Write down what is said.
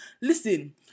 Listen